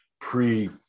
pre